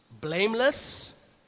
blameless